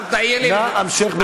נא המשך בדבריך.